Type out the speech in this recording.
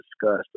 discussed